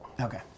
Okay